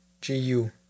G-U